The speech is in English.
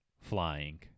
flying